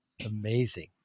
Amazing